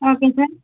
okay sir